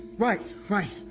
right, right.